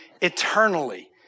eternally